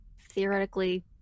theoretically